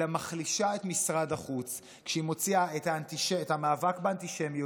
אלא היא מחלישה את משרד החוץ כשהיא מוציאה את המאבק באנטישמיות,